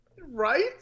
Right